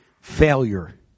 failure